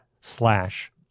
slash